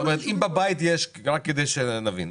רק כדי שנבין.